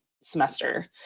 semester